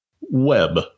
web